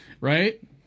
Right